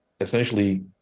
essentially